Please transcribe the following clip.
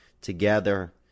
together